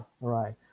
right